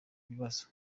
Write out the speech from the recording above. bibazo